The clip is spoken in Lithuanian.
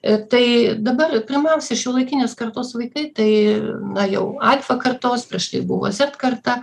i tai dabar pirmiausia šiuolaikinės kartos vaikai tai na jau alfa kartos prieš tai buvo zed karta